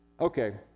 Okay